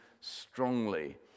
strongly